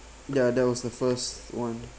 ya that was the first one